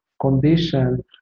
condition